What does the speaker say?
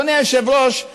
אדוני היושב-ראש,